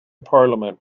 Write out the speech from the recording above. parliament